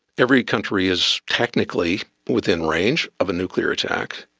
every country is technically within range of a nuclear attack.